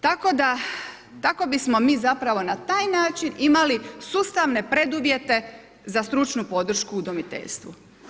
Tako da, tako bi smo zapravo na taj način imali ustavne preduvjete za stručnu podršku u udomiteljstvu.